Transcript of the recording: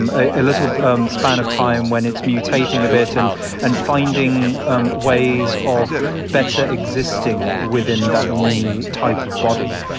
um a little um span of time when it's mutating a bit and and finding um ways of better existing within that new type of body.